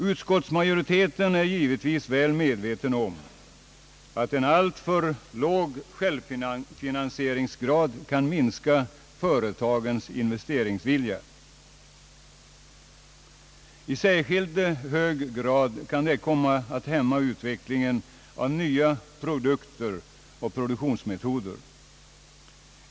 Utskottsmajoriteten är givetvis väl medveten om att en alltför låg självfinansieringsgrad kan minska företagens investeringsvilja. I särskilt hög grad kan det komma att hämma utvecklingen av nya produkter och produktionsmetoder.